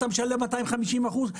אתה משלם 250 אחוז,